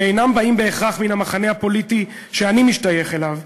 שאינם באים בהכרח מן המחנה הפוליטי שאני משתייך אליו,